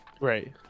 Right